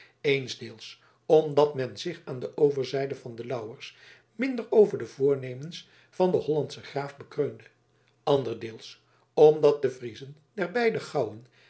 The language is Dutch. eensdeels omdat men zich aan de overzijde van de lauwers minder over de voornemens van den hollandschen graaf bekreunde anderdeels omdat de friezen der beide